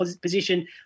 position